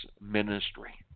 ministry